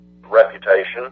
reputation